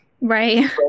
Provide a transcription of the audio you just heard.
Right